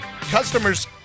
customers